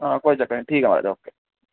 आं कोई चक्कर निं ठीक ऐ आयो तुस